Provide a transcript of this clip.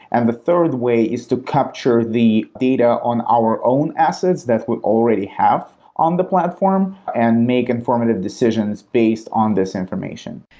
and the third way is to capture the data on our own assets that we already have on the platform and make informative decisions based on this information.